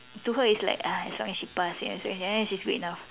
to her is ah as long as she pass so in the end she's good enough